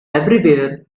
everywhere